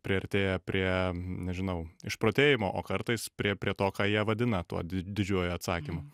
priartėja prie nežinau išprotėjimo o kartais prie prie to ką jie vadina tuo di didžiuoju atsakymu